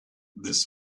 this